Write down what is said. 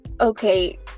okay